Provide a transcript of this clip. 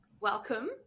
Welcome